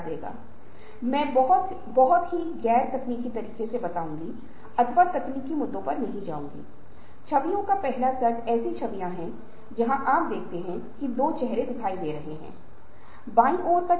इसलिए इस बात की आवश्यकता है कि अगर आप एक उत्पाद या सेवा दे रहे हैं तो अधिकांश परिवर्तन ग्राहक चालित होना चाहिए